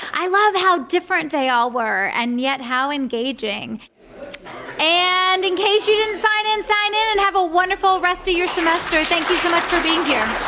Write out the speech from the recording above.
i love how different they all were and yet how engaging and in case you didn't sign in, sign in and have a wonderful rest of your semester thank you so much for being here.